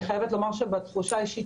אני חייבת לומר שאני אישית